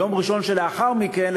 ביום ראשון שלאחר מכן,